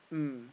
mm